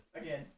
Again